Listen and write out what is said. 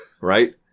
Right